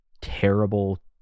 terrible